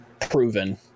proven